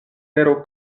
tero